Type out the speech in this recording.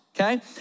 Okay